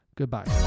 Goodbye